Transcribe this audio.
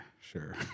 sure